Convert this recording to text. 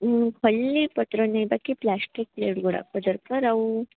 ଖଲିପତ୍ର ନୁହେଁ ବାକି plastic plate ଗୁଡ଼ା ଦରକାର